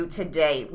today